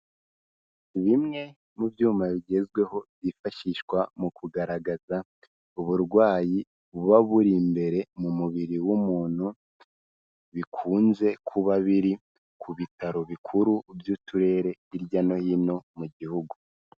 Bimwe mu byuma bigezweho byifashishwa mu kugaragaza uburwayi buba buri imbere mu mubiri w'umuntu, bikunze kuba biri ku bitaro bikuru by'uturere hirya no hino mu gihugu.